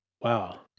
Wow